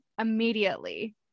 immediately